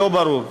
לא ברור.